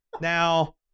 Now